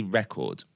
record